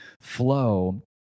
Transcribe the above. flow